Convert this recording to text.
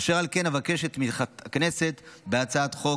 אשר על כן, אבקש את תמיכת הכנסת בהצעת החוק.